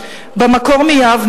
במקור מיבנה,